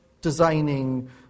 designing